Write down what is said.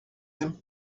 him